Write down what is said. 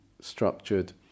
structured